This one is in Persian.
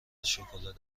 شکلات